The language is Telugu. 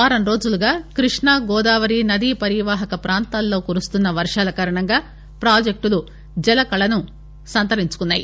వారంరోజులుగా కృష్ణా గోదావరి నదీ పరివాహక ప్రాంతాల్లో కురుస్తున్న వర్షాల కారణంగా ప్రాజెక్టులు జలకళను సంతరించుకున్నాయి